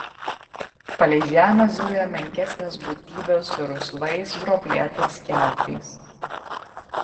palei žemę zujo menkesnės būtybės su rusvais gruoblėtais kiautais